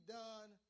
done